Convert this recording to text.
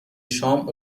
شام